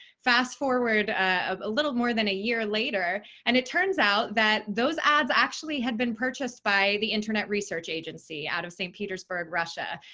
fast forward a little more than a year later and it turns out that those ads actually had been purchased by the internet research agency out of saint petersburg, russia.